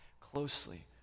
closely